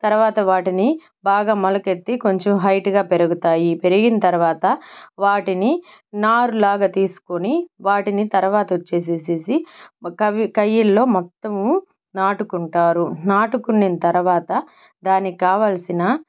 తర్వాత వాటిని బాగా మొలకెత్తి కొంచెం హైట్ గా పెరుగుతాయి పెరిగిన తర్వాత వాటిని నారులాగా తీసుకొని వాటిని తర్వాత వచ్చేసి కవి కయ్యిల్లో మొత్తము నాటుకుంటారు నాటుకునిన తర్వాత దానికి కావలసిన